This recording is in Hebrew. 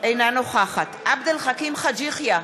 אינה נוכחת עבד אל חכים חאג' יחיא,